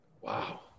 Wow